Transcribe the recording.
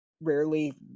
rarely